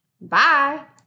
Bye